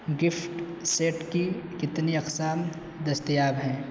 gift set کی کتنی اقسام دستیاب ہیں